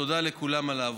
תודה לכולם על העבודה.